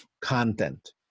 content